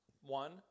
One